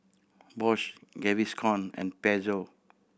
Bosch Gaviscon and Pezzo